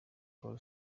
paul